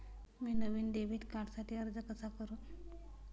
मी नवीन डेबिट कार्डसाठी अर्ज कसा करू?